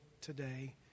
today